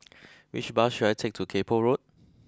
which bus should I take to Kay Poh Road